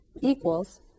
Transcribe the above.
equals